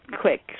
quick